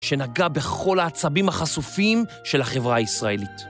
שנגע בכל העצבים החשופים של החברה הישראלית.